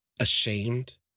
Ashamed